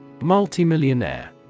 Multimillionaire